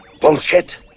Bullshit